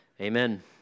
Amen